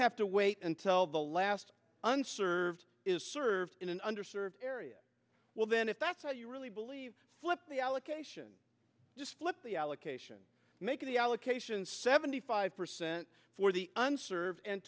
have to wait until the last unserved is served in an under served area well then if that's what you really believe flip the allocation just split the allocation make the allocation seventy five percent for the unserved and